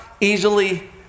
easily